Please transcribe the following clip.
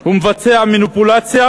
הוא מבצע מניפולציה,